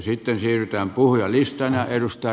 sitten siirrytään puhujalistaan